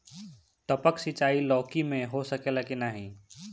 टपक सिंचाई लौकी में हो सकेला की नाही?